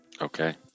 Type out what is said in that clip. Okay